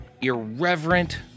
irreverent